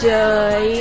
Joy